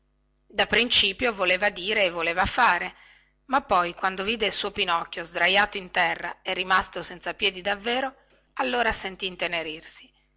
da principio voleva dire e voleva fare ma poi quando vide il suo pinocchio sdraiato in terra e rimasto senza piedi davvero allora sentì